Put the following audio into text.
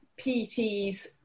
PTs